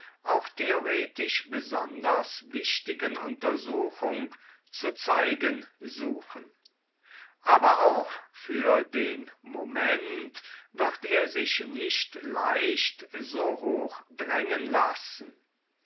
auch theoretisch besonders wichtigen untersuchung zu zeigen suchen aber auch für den moment wird er sich nicht leicht so hoch drängen lassen